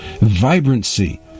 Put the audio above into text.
vibrancy